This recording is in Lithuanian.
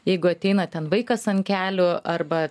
jeigu ateina ten vaikas ant kelių arba